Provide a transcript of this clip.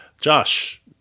Josh